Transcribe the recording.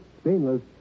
stainless